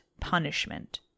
punishment